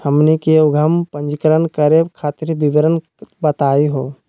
हमनी के उद्यम पंजीकरण करे खातीर विवरण बताही हो?